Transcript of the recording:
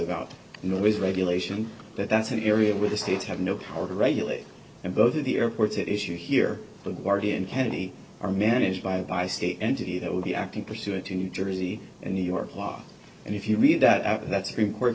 about noise regulation that's an area where the states have no power to regulate and both of the airports at issue here with marty and kennedy are managed by a by state entity that will be acting pursuant to new jersey and new york law and if you read that that's